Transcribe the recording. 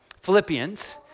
Philippians